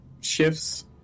Shifts